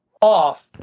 off